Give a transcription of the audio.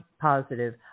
positive